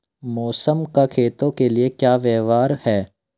मौसम का खेतों के लिये क्या व्यवहार है?